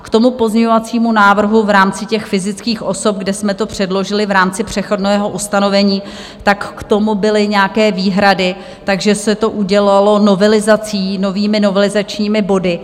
K pozměňovacímu návrhu v rámci těch fyzických osob, kde jsme to předložili v rámci přechodného ustanovení, tak k tomu byly nějaké výhrady, takže se to udělalo novelizací, novými novelizačními body.